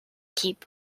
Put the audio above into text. keep